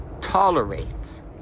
tolerates